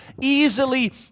easily